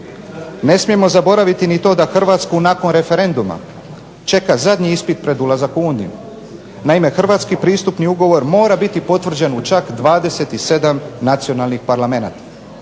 Ne smijemo zaboraviti ni to da Hrvatsku nakon referenduma čeka zadnji ispit pred ulazak u Uniju. Naime, hrvatski pristupni ugovor mora biti potvrđen u čak 27 nacionalnih parlamenata.